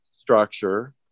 structure